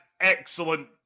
excellent